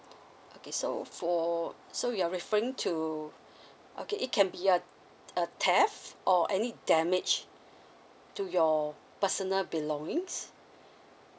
okay so for so you're referring to okay it can be a a theft or any damage to your personal belongings